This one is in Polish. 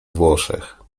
włoszech